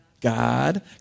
God